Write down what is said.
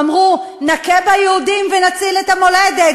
אמרו "נכה ביהודים ונציל את המולדת".